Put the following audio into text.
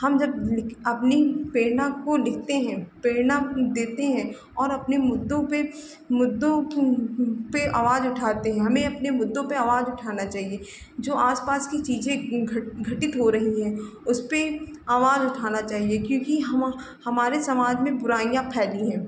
हम जब लिख अपनी प्रेरणा को लिखते हैं प्रेरणा देते हैं और अपने मुद्दों पर मुद्दों पर आवाज़ उठाते हैं हमें अपने मुद्दों पर आवाज़ उठानी चाहिए जो आसपास की चीजें घटित हो रही हैं उसपर आवाज़ उठानी चाहिए क्योंकि हमा हमारे समाज में बुराइयाँ फैली हैं